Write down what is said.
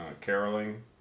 caroling